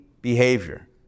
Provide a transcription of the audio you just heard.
behavior